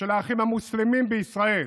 של האחים המוסלמים בישראל,